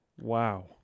wow